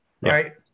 Right